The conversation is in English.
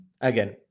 Again